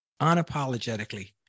Unapologetically